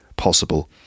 Possible